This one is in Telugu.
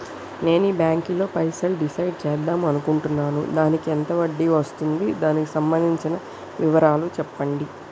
నేను ఈ బ్యాంకులో పైసలు డిసైడ్ చేద్దాం అనుకుంటున్నాను దానికి ఎంత వడ్డీ వస్తుంది దానికి సంబంధించిన వివరాలు చెప్పండి?